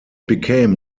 became